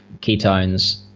ketones